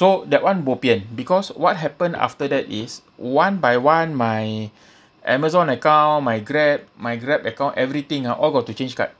so that [one] bo pian because what happen after that is one by one my Amazon account my Grab my Grab account everything ah all got to change card